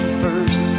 first